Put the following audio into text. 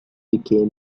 became